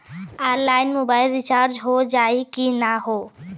Online mobile recharge हो जाई की ना हो?